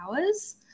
hours